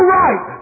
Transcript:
right